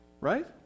right